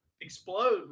explode